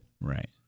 Right